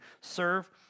serve